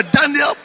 Daniel